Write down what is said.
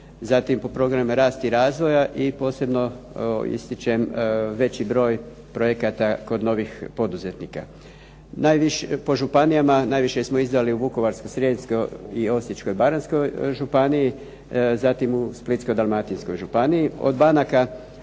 po programima rasta i razvoja i posebno ističem veći broj projekata kod novih poduzetnika. Po županijama najviše smo izdali u Vukovarsko-srijemskoj i Osječko-baranjskoj županiji, zatim u Splitsko-dalmatinskoj županiji.